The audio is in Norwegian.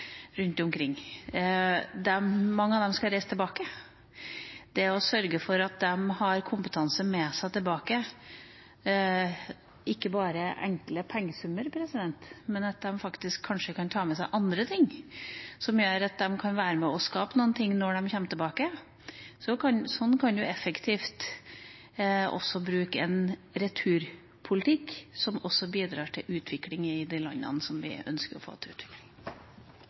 omkring, og mange av dem skal reise tilbake – nemlig det å sørge for at de har kompetanse med seg tilbake, ikke bare enkle pengesummer, men at de faktisk kanskje kan ta med seg andre ting som gjør at de kan være med og skape noe når de kommer tilbake. Slik kan man effektivt bruke en returpolitikk som også bidrar til utvikling i de landene der vi ønsker å få til utvikling.